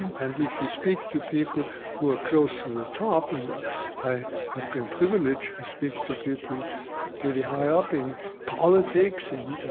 and if you speak to people who are close to the top, and i have been privileged to speak to people pretty high up in politics, in